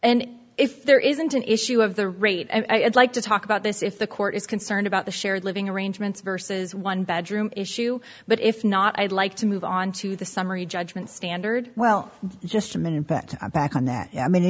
and if there isn't an issue of the rate i'd like to talk about this if the court is concerned about the shared living arrangements verses one bedroom issue but if not i'd like to move on to the summary judgment standard well just a minute but back on that ye